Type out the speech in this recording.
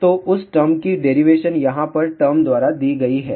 तो उस टर्म की डेरिवेशन यहाँ पर टर्म द्वारा दी गई है